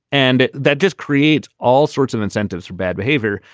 and that just creates all sorts of incentives for bad behavior.